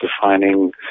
defining